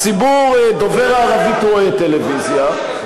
הציבור דובר הערבית רואה טלוויזיה,